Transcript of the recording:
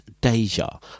Deja